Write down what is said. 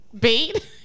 bait